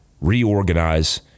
reorganize